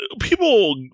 People